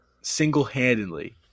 single-handedly